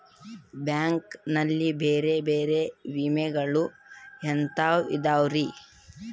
Bank ನಲ್ಲಿ ಬೇರೆ ಬೇರೆ ವಿಮೆಗಳು ಎಂತವ್ ಇದವ್ರಿ?